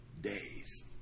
days